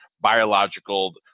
biological